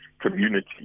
community